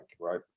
right